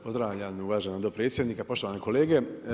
Pozdravljam uvaženog dopredsjednika, poštovane kolege.